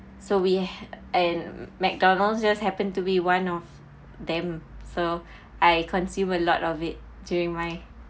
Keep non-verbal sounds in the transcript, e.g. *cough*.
so we and McDonald's just happened to be one of them so *breath* I consume a lot of it during my